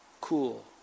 cool